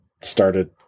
started